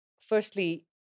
firstly